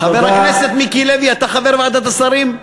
חבר הכנסת מיקי לוי, אתה חבר ועדת השרים?